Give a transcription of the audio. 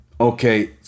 okay